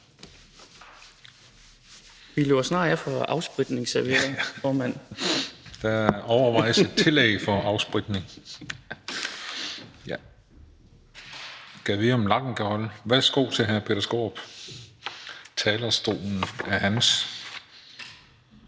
Vi løber snart tør for afspritningsservietter, formand). Ja, der overvejes et tillæg for afspritning. Gad vide, om lakken kan holde. Værsgo til hr. Peter Skaarup; talerstolen er hans.